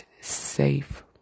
safe